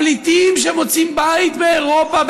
הפליטים שמוצאים בית באירופה,